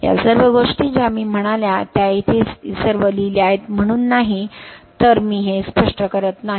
या सर्व गोष्टी ज्या मी म्हणाल्या त्या इथे या सर्व लिहिल्या आहेत म्हणून नाही तर मी हे स्पष्ट करीत नाही